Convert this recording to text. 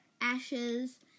ashes